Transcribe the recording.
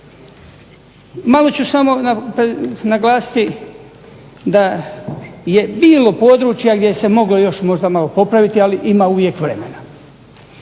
Malo ću samo naglasiti da je bilo područja gdje se moglo još malo popraviti, ali ima uvijek vremena.